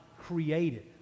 created